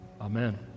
amen